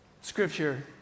scripture